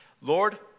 Lord